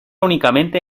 únicamente